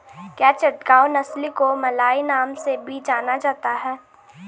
क्या चटगांव नस्ल को मलय नाम से भी जाना जाता है?